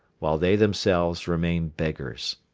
while they themselves remain beggars.